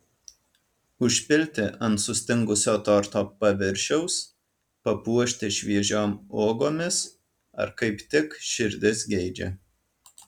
užpilti ant sustingusio torto paviršiaus papuošti šviežiom uogomis ar kaip tik širdis geidžia